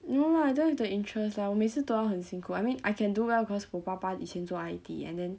no lah don't have the interest lah 我每次都要很辛苦 I mean I can do well cause 我爸爸以前做 I_T and then